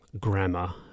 grammar